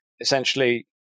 essentially